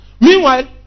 Meanwhile